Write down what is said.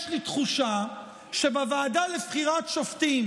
יש לי תחושה שבוועדה לבחירת שופטים